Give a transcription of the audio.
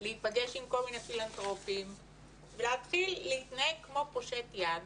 להיפגש עם כל מיני פילנתרופים ולהתחיל להתנהג כמו פושט יד